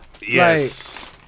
Yes